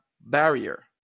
barrier